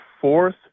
fourth